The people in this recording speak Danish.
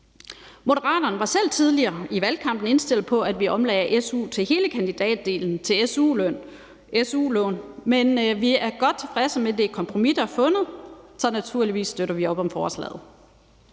Moderaterne var selv tidligere i valgkampen indstillet på, at vi omlagde su til hele kandidatdelen til su-lån, men vi er godt tilfredse med det kompromis, der er fundet, så naturligvis støtter vi op om forslaget.